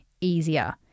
easier